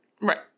Right